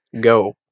Go